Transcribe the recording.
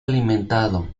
alimentado